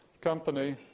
company